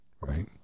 right